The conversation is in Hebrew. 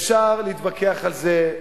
אפשר להתווכח על זה,